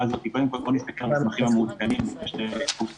הזאת היא קודם כול להסתכל על המסמכים המעודכנים לפני שקופצים